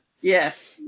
Yes